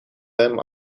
them